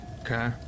Okay